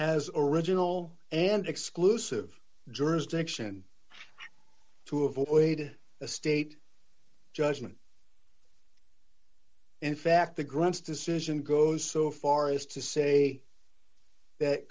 as original and exclusive jurisdiction to avoid a state judgment in fact the grants decision goes so far as to say that